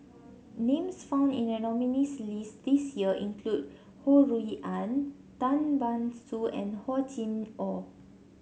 names found in the nominees' list this year include Ho Rui An Tan Ban Soon and Hor Chim Or